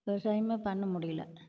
விவசாயமே பண்ண முடியல